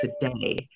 today